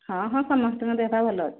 ହଁ ହଁ ସମସ୍ତଙ୍କ ଦେହ ପା ଭଲ ଅଛି